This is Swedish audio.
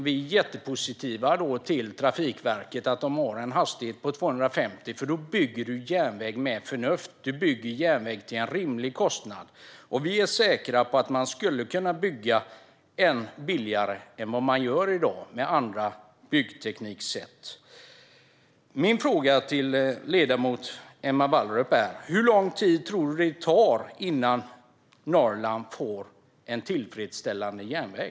Vi är jättepositiva till att Trafikverket har en hastighet på 250 kilometer i timmen. Då bygger du järnväg med förnuft. Du bygger järnväg till en rimlig kostnad. Vi är säkra på att man skulle kunna bygga än billigare än vad man gör i dag med andra byggtekniksätt. Min fråga till ledamot Emma Wallrup är: Hur lång tid tror du att det tar innan Norrland får en tillfredsställande järnväg?